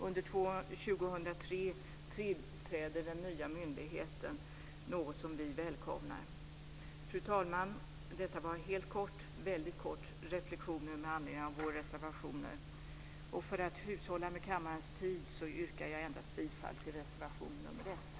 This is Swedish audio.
Under 2003 inrättas den nya myndigheten, något som vi välkomnar. Fru talman! Detta var helt kort några reflexioner med anledning av våra reservationer. För att hushålla med kammarens tid yrkar jag bifall endast till reservation nr 1.